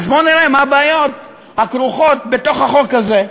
בואו נראה מה הבעיות הכרוכות בחוק הזה.